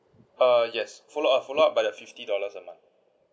uh yes follow up follow up by that fifty dollars a month